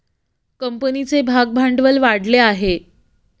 कंपनीचे भागभांडवल वाढले आहे